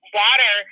water